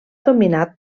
dominat